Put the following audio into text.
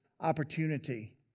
opportunity